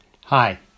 hi